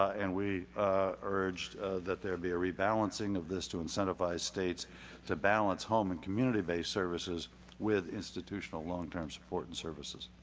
and we are urged that there be a rebalancing of this to incentivize states to balance home and community based services with institutional long term support and services.